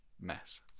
mess